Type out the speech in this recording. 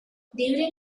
during